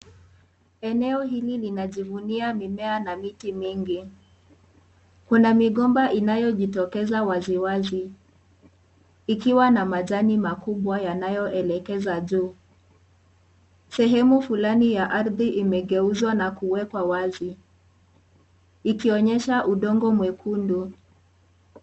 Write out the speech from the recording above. Eneo hili linajivunia mimea na miti mingi. Kuna migomba inayojitokeza waziwazi ikiwa na majani makubwa yanayoelekeza juu. Sehemu fulani ya ardhi imegeuzwa na kuwekwa wazi ikionyesha udongo mwekundu,.